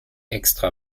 extra